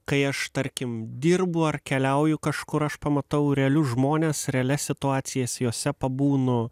kai aš tarkim dirbu ar keliauju kažkur aš pamatau realius žmones realias situacijas jose pabūnu